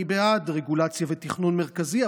אני בעד רגולציה ותכנון מרכזי,